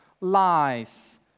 lies